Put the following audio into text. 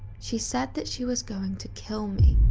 she said that she was going to kill me.